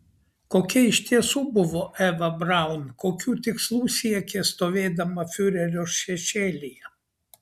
kokia iš tiesų buvo eva braun kokių tikslų siekė stovėdama fiurerio šešėlyje